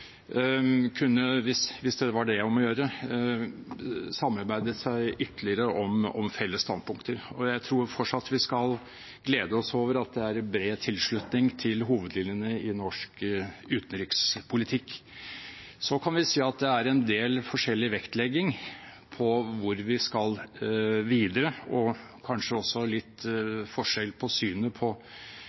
kunne – hvis det var det om å gjøre – samarbeidet ytterligere for å få til felles standpunkter, og jeg tror fortsatt vi skal glede oss over at det er bred tilslutning til hovedlinjene i norsk utenrikspolitikk. Så kan vi se at det er en del forskjellig vektlegging på hvor vi skal videre, og kanskje også litt forskjell på synet på